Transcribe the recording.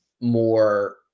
more